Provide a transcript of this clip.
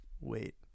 wait